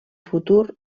futur